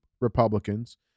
Republicans